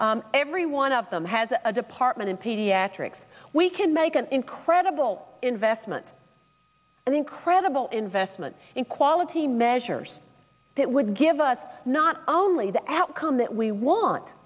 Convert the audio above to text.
every one of them has a department of pediatrics we can make an incredible investment an incredible investment in quality measures that would give us not only the outcome that we want